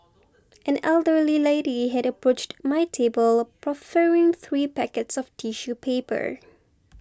an elderly lady had approached my table proffering three packets of tissue paper